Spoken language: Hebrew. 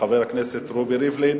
לחבר הכנסת רובי ריבלין,